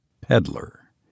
peddler